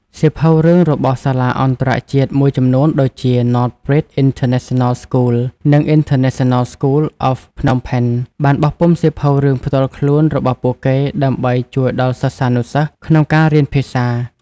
សៀវភៅរឿងរបស់ សាលាអន្តរជាតិ មួយចំនួនដូចជា Northbridge International School និង International School of Phnom Penh បានបោះពុម្ពសៀវភៅរឿងផ្ទាល់ខ្លួនរបស់ពួកគេ ដើម្បីជួយដល់សិស្សានុសិស្សក្នុងការរៀនភាសា។